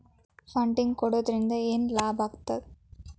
Funding ಕೊಡೊದ್ರಿಂದಾ ಏನ್ ಲಾಭಾಗ್ತದ?